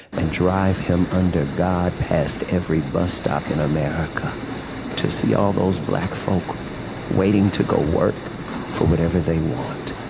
and drive him under god past every bus stop in america to see all those black folk waiting to go work for whatever they want.